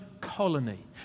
colony